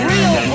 Real